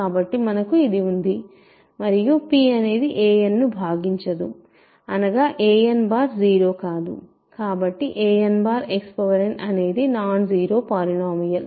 కాబట్టి మనకు ఇది ఉంది మరియు p అనేది a nను భాగించదు అనగా a n0 కాదు కాబట్టి a nXn అనేది నాన్ జీరో పాలినోమియల్